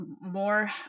more